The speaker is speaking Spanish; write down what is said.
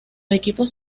equipos